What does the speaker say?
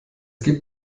gibt